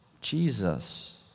Jesus